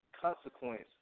consequence